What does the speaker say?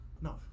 no